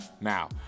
now